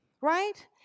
Right